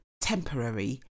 temporary